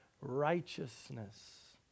righteousness